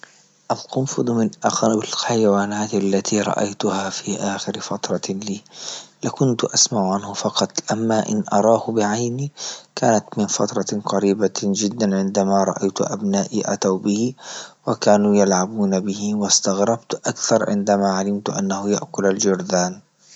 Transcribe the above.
القنفذ من أقارب الحيوانات التي رأيتها في أخر فترة لي، لكنت أسمع عنه فقط أما أن أراه بعيني كانت من فترة قريبة جدا عندما رأيت أبنائي أتوا به، وكانوا يلعبون به وإستغربت أكثر عندما علمت أنه يأكل الجرذان.